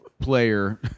player